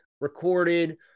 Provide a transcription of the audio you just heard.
recorded